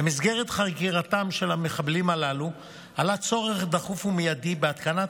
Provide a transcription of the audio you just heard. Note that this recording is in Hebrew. במסגרת חקירתם של המחבלים הללו עלה צורך דחוף ומיידי בהתקנת